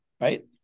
right